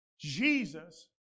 Jesus